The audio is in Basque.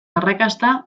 arrakasta